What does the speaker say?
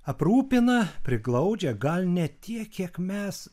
aprūpina priglaudžia gal ne tiek kiek mes